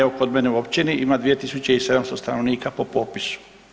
Evo kod mene u općini ima 2700 stanovnika po popisu.